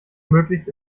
möglichst